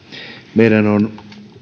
meidän on